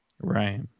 Right